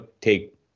take